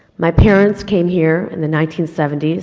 my parents came here in the nineteen seventy s,